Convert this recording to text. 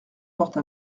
porte